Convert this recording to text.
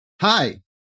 Hi